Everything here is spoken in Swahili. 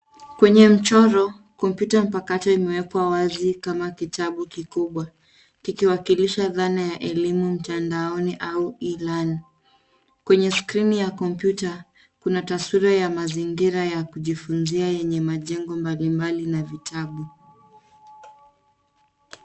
Kwenye mchoro, kompyuta mpakato imewekwa wazi kama kitabu kikubwa, kikiwakilisha dhana ya elimu mtandaoni au e learning . Kwenye skrini ya kompyuta kuna taswira ya mazingira ya kujifunzia yenye majengo mbalimbali na vitabu.